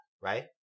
Right